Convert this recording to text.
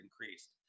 increased